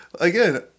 again